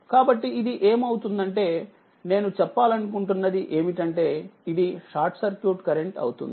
కాబట్టి ఇది ఏమవుతుందంటే నేను చెప్పాలనుకుంటున్నది ఏమిటంటే ఇది షార్ట్ సర్క్యూట్ కరెంట్ అవుతుంది